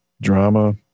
drama